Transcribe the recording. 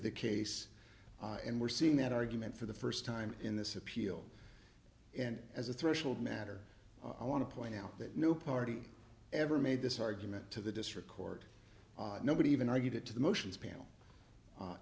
the case and we're seeing that argument for the first time in this appeal and as a threshold matter i want to point out that no party ever made this argument to the district court nobody even argued it to the motions